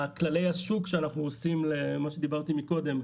כללי השוק שאנחנו עושים למה שדיברתי עליו קודם,